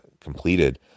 completed